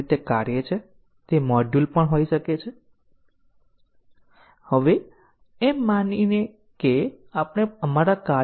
કદાચ હું DEF 2 લખી શક્યો હોત કારણ કે હું તેને 2 તરીકે નંબર આપું છું